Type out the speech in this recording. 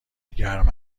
گرم